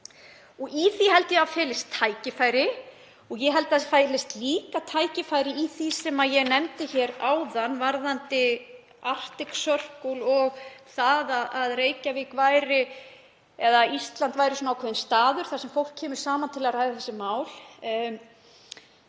og í því held ég að felist tækifæri. Ég held að það felist líka tækifæri í því sem ég nefndi hér áðan varðandi Arctic Circle og í því að Ísland yrði ákveðinn staður þar sem fólk kæmi saman til að ræða þessi mál.